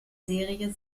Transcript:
serie